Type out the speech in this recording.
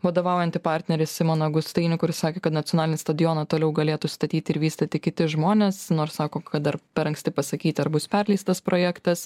vadovaujantį partnerį simoną gustainį kuris sakė kad nacionalinį stadioną toliau galėtų statyti ir vystyti kiti žmonės nors sako kad dar per anksti pasakyti ar bus perleistas projektas